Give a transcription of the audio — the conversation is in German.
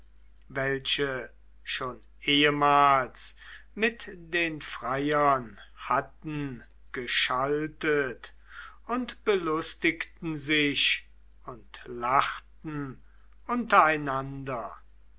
welche schon ehemals mit den freiern hatten geschaltet und belustigten sich und lachten